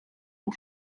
yng